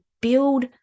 build